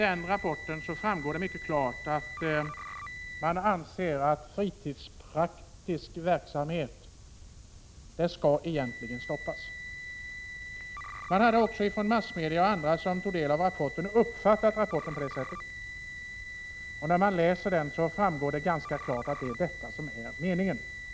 Av rapporten framgår mycket klart att man anser att fritidspraktikverksamhet egentligen skall stoppas. Massmedia och andra som tagit del av rapporten har uppfattat den på det sättet. När man läser rapporten framgår det också ganska klart att det är detta som är meningen.